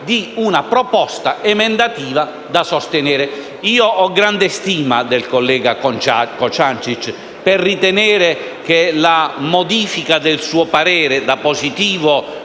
di una proposta emendativa da sostenere. Ho troppa stima del collega Cociancich per ritenere che la modifica del suo parere positivo